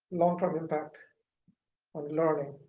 long-term impact on learning